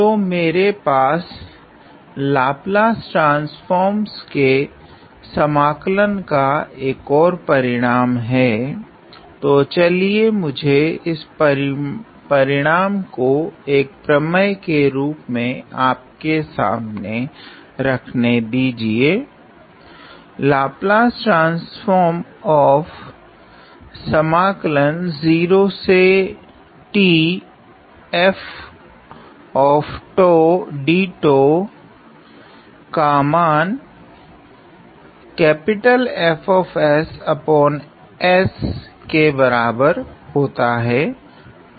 तो मेरे पास लाप्लस ट्रांसफोर्मस के समाकल का एक ओर परिणाम हैं तो चलिये मुझे इस परिणाम को एक प्रमेय के रूप मे आपके सामने रखने दीजिए